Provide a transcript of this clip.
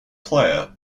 player